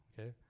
okay